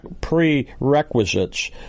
prerequisites